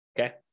Okay